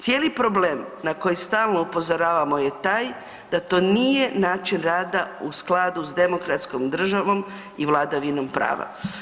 Cijeli problem na koji stalno upozoravamo je taj da to nije način rada u skladu sa demokratskom državom i vladavinom prava.